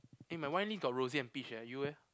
eh my wine only got rose and peach leh you eh